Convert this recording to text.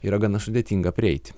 yra gana sudėtinga prieiti